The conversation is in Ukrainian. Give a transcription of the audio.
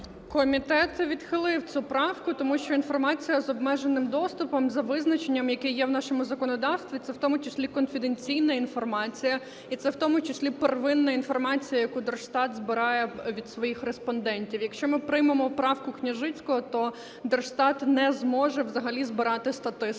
Комітет відхилив цю правку, тому що інформація з обмеженим доступом, за визначенням, яке є в нашому законодавстві, це в тому числі конфіденційна інформація і це в тому числі первинна інформація, яку Держстат збирає від своїх респондентів. Якщо ми приймемо правку Княжицького, то Держстат не зможе взагалі збирати статистику,